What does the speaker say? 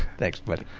thanks, buddy.